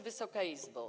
Wysoka Izbo!